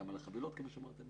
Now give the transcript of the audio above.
גם לגבי החבילות, כפי שאמרתם.